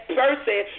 person